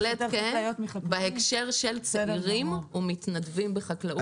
בהחלט כן, בהקשר של צעירים ומתנדבים בחקלאות.